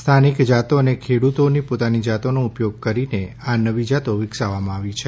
સ્થાનિક જાતો અને ખેડૂતોની પોતાની જાતો નો ઉપયોગ કરીને આ નવી જાતો વિકસાવવામાં આવી છે